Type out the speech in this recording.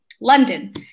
London